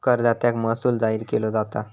करदात्याक महसूल जाहीर केलो जाता